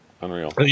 unreal